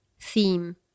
theme